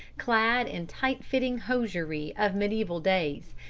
clad in tight-fitting hosiery of mediaeval days,